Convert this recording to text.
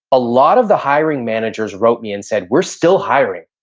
a lot of the hiring managers wrote me and said, we're still hiring.